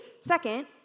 second